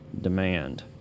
demand